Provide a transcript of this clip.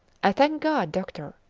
i thank god, doctor,